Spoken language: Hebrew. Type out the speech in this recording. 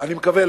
אני מקווה,